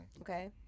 Okay